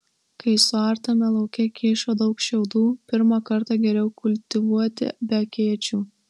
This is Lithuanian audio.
kai suartame lauke kyšo daug šiaudų pirmą kartą geriau kultivuoti be akėčių